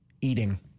eating